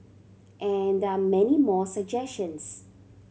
and there are many more suggestions